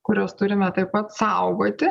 kuriuos turime taip pat saugoti